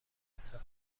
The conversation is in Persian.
مصرف